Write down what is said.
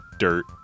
dirt